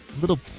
little